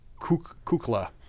kukla